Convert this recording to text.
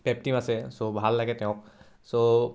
পেপটিম আছে চ' ভাল লাগে তেওঁক চ'